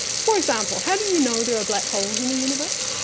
for example, how do you know there are black holes in the universe?